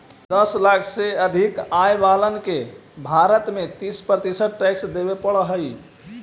दस लाख से अधिक आय वालन के भारत में तीस प्रतिशत टैक्स देवे पड़ऽ हई